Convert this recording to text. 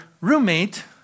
roommate